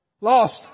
Lost